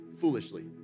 foolishly